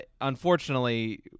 unfortunately